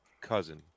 cousin